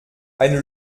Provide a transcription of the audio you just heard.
eine